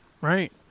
Right